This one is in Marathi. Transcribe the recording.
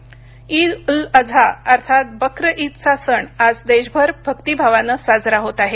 ईद ईद अल अझा अर्थात बक्र ईद चा सण आज देशभर भक्तिभावानं साजरा होत आहे